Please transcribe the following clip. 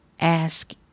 ask